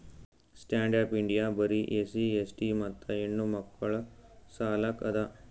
stand up India ಬರೆ SC ST ಮತ್ತ ಹೆಣ್ಣಮಕ್ಕುಳ ಸಲಕ್ ಅದ